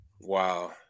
Wow